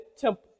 temple